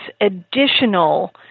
additional